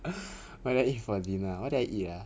what did I eat for dinner ah what did I eat ah